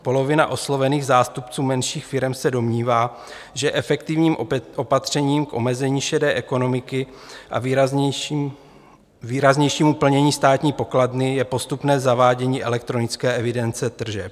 Polovina oslovených zástupců menších firem se domnívá, že efektivním opatřením k omezení šedé ekonomiky a výraznějšímu plnění státní pokladny je postupné zavádění elektronické evidence tržeb.